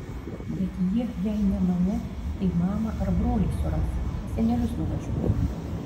bet jie jei ne mane tai mamą ar brolį suras pas senelius nuvažiuos